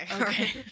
Okay